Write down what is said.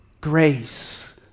grace